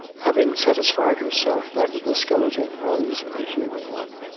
having satisfied herself that the skeleton was a human one,